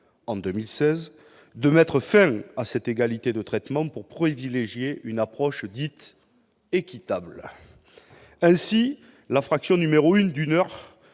en 2016, de mettre fin à cette égalité de traitement pour privilégier une approche dite « équitable ». Ainsi, la première fraction d'une heure